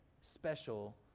special